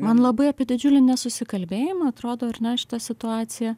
man labai apie didžiulį nesusikalbėjimą atrodo ar ne šita situacija